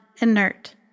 inert